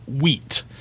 wheat